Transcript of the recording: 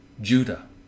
Judah